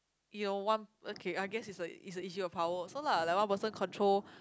you know one okay I guess is a is a issue of power also lah like one person control